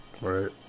Right